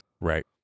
Right